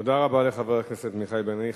תודה רבה לחבר הכנסת מיכאל בן-ארי.